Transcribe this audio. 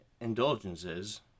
indulgences